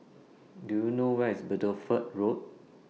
Do YOU know Where IS Bideford Road